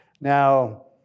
Now